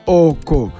oko